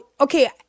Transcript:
okay